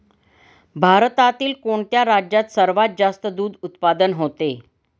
भारतातील कोणत्या राज्यात सर्वात जास्त दूध उत्पादन होते?